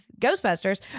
Ghostbusters